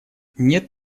нет